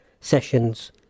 sessions